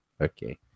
Okay